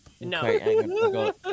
No